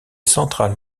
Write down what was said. centrale